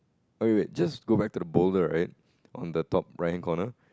wait wait wait just go back to the boulder right on the top right hand corner